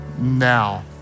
now